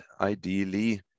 ideally